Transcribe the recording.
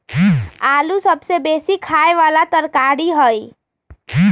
आलू सबसे बेशी ख़ाय बला तरकारी हइ